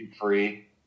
free